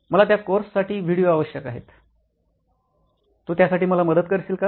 मला त्या कोर्ससाठी व्हिडिओ आवश्यक आहेत तू त्यासाठी मला मदत करशील का